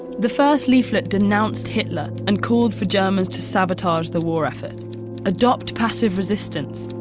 the first leaflet denounced hitler and called for germans to sabotage the war effort adopt passive resistance,